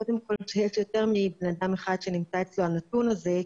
קודם כל שיש יותר מבן אדם אחד שנמצא אצלו הנתון הזה,